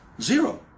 Zero